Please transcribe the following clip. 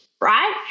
right